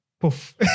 poof